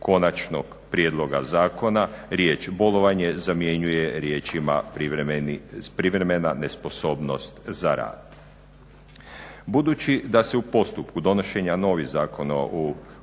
konačnog prijedloga zakona riječ bolovanje zamjenjuje riječima privremena nesposobnost za rad. Budući da se u postupku donošenja novih Zakona o obrtu